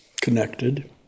connected